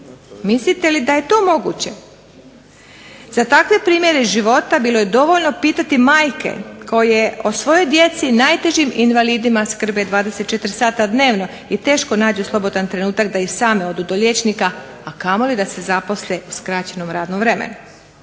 Mislite li da je to moguće? Za takve primjere iz života bilo je dovoljno pitati majke koje o svojoj djeci najtežim invalidima skrbe 24 sata dnevno i teško nađu slobodan trenutak da i same odu do liječnika a kamoli da se zaposle sa skraćenim radnim vremenom.